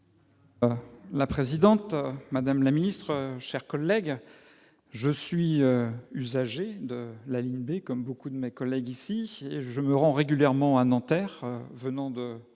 la présidente, madame la ministre, mes chers collègues, je suis usager de la ligne B, comme beaucoup d'entre vous ici, et je me rends régulièrement à Nanterre venant de